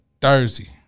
Thursday